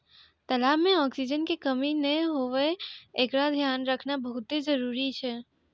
तलाब में ऑक्सीजन के कमी नै हुवे एकरोॅ धियान रखना बहुत्ते जरूरी छै